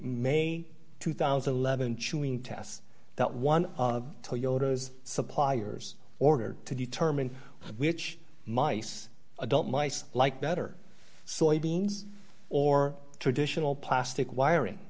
may two thousand and eleven chewing test that one of toyota's suppliers order to determine which mice adult mice liked better soybeans or traditional plastic wiring